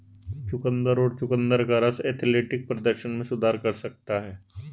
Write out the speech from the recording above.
चुकंदर और चुकंदर का रस एथलेटिक प्रदर्शन में सुधार कर सकता है